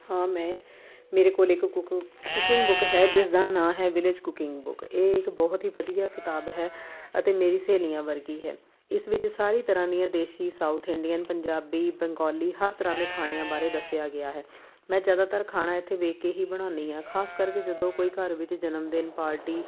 ਹਾਂ ਮੈਂ ਮੇਰੇ ਕੋਲ ਇੱਕ ਕੁੱਕ ਕੁਕਿੰਗ ਬੁੱਕ ਹੈ ਜਿਸਦਾ ਨਾਮ ਹੈ ਵਿਲੇਜ਼ ਕੁਕਿੰਗ ਬੁੱਕ ਇਹ ਇੱਕ ਬਹੁਤ ਹੀ ਵਧੀਆ ਕਿਤਾਬ ਹੈ ਅਤੇ ਮੇਰੀ ਸਹੇਲੀਆਂ ਵਰਗੀ ਹੈ ਇਸ ਵਿੱਚ ਸਾਰੀ ਤਰ੍ਹਾਂ ਦੀਆਂ ਦੇਸੀ ਸਾਊਥ ਇੰਡੀਅਨ ਪੰਜਾਬੀ ਬੈਂਗੋਲੀ ਹਰ ਤਰ੍ਹਾਂ ਦੇ ਖਾਣਿਆਂ ਬਾਰੇ ਦੱਸਿਆ ਗਿਆ ਹੈ ਮੈਂ ਜ਼ਿਆਦਾਤਰ ਖਾਣਾ ਇਹ 'ਤੇ ਵੇਖ ਕੇ ਹੀ ਬਣਾਉਂਦੀ ਹਾਂ ਖ਼ਾਸ ਕਰਕੇ ਜਦੋਂ ਕੋਈ ਘਰ ਵਿੱਚ ਜਨਮ ਦਿਨ ਪਾਰਟੀ